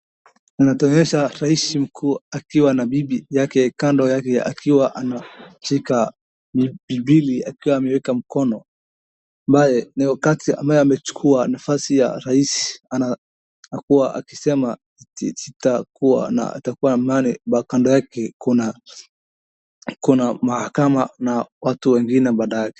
Inatuonyesha rais mkuu akiwa na bibi yake kando yake akiwa ameshika bibilia akiwa ameweka mkono, ambaye ni wakati ambao amechukua nafasi ya rais akiwa anasema sitakuwa na itakuwa amani, kando yake kuna mahakama na watu wengine baada yake.